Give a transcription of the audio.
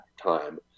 time